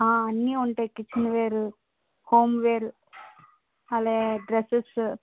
అన్నీ ఉంటాయ్ కిచన్ వేరు హోమ్వేర్ అలాగే డ్రస్సెస్సు